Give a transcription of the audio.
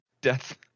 death